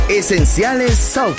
Esenciales